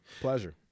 Pleasure